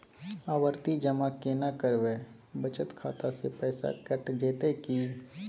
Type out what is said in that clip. आवर्ति जमा केना करबे बचत खाता से पैसा कैट जेतै की?